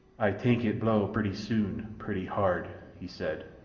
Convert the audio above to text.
ay tank it blow purty soon purty hard! he said,